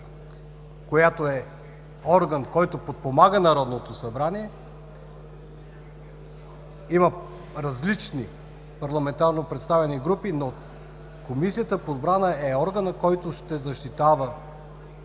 която е орган, който подпомага Народното събрание, има различни парламентарно представени групи, но Комисията по отбрана е органът, който ще защитава